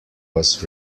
was